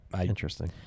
Interesting